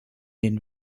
den